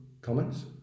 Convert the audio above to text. comments